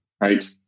right